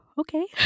okay